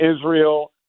Israel